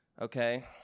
Okay